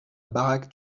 baraque